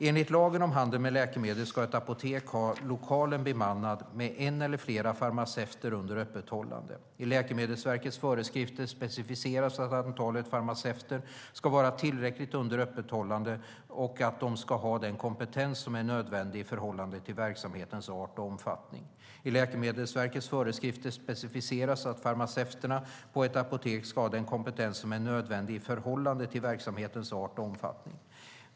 Enligt lagen om handel med läkemedel ska ett apotek ha lokalen bemannad med en eller flera farmaceuter under öppethållandet. I Läkemedelsverkets föreskrifter specificeras att antalet farmaceuter ska vara tillräckligt under öppethållandet och att de ska ha den kompetens som är nödvändig i förhållande till verksamhetens art och omfattning. I Läkemedelsverkets föreskrifter specificeras att farmaceuterna på ett apotek ska ha den kompetens som är nödvändig i förhållande till verksamhetens art och omfattning.